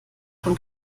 von